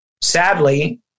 sadly